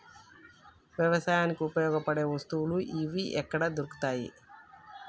వ్యవసాయానికి ఉపయోగపడే వస్తువులు ఏవి ఎక్కడ దొరుకుతాయి?